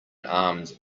armed